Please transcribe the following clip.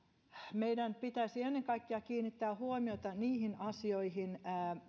meidän pitäisi ennen kaikkea kiinnittää huomiota niihin asioihin